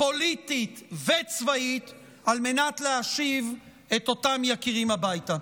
פוליטית וצבאית על מנת להשיב את אותם יקירים הביתה.